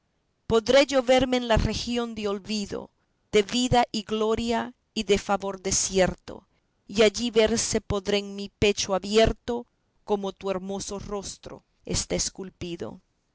podré yo verme en la región de olvido de vida y gloria y de favor desierto y allí verse podrá en mi pecho abierto cómo tu hermoso rostro está esculpido